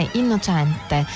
innocente